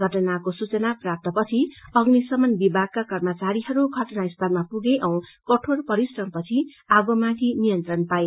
घटनाको सूचना प्राप्तपछि अम्निशमनका कर्मचारीहरू घटना स्थलमा पुगे औ कठोर परिश्रमपछि आगोमाथि नियन्त्रण पाए